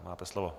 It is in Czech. Máte slovo.